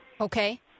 Okay